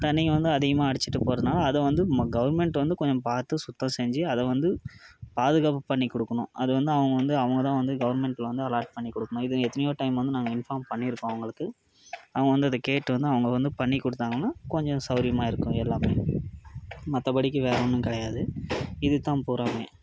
தண்ணிங்க வந்து அதிகமாக அடிச்சிகிட்டு போறதுனால் அதை வந்து கவர்மெண்ட் வந்து கொஞ்சம் பார்த்து சுத்தம் செஞ்சு அதை வந்து பாதுகாப்பு பண்ணி கொடுக்கணும் அது வந்து அவங்க வந்து அவங்கதான் வந்து கவர்மெண்ட்டில் வந்து அலாட் பண்ணி கொடுக்கணும் இது எத்தனையோ டைம் வந்து நாங்க இன்ஃபார்ம் பண்ணியிருக்கோம் அவங்களுக்கு அவங்க வந்து அதை கேட்டு வந்து அவங்க வந்து பண்ணி கொடுத்தாங்கன்னா கொஞ்சம் சவுரியமாக இருக்கும் எல்லாத்துலையும் மற்றபடிக்கு வேறு ஒன்றும் கிடையாது இதுதான் பூராவுமே